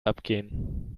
abgehen